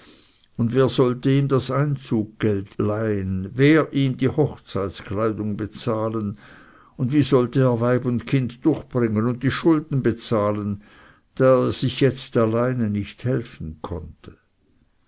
und wer sollte ihm das einzuggeld leihen wer ihm die hochzeitkleidung bezahlen und wie sollte er weib und kind durchbringen und die schulden bezahlen da er sich jetzt alleine nicht helfen konnte